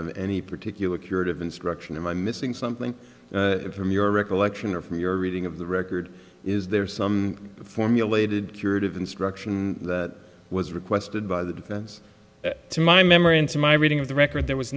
of any particular curative instruction and i'm missing something from your recollection or from your reading of the record is there some formulated curative instruction that was requested by the defense to my memory and to my reading of the record there was